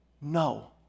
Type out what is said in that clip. No